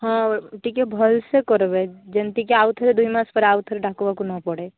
ହଁ ଟିକେ ଭଲ ସେ କରିବେ ଯେମିତିକି ଆଉ ଥରେ ଦୁଇ ମାସ ପରେ ଆଉ ଥରେ ଡାକ୍ବାକୁ ନ ପଡ଼େ